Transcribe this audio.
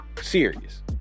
serious